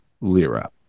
Lira